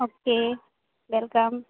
okay welcome